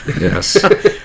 yes